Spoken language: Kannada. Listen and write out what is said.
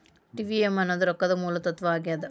ಟಿ.ವಿ.ಎಂ ಅನ್ನೋದ್ ರೊಕ್ಕದ ಮೂಲ ತತ್ವ ಆಗ್ಯಾದ